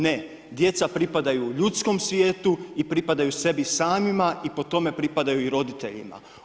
Ne, djeca pripadaju ljudskom svijetu i pripadaju sebi samima i po tome pripadaju i roditeljima.